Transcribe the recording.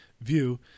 view